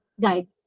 guide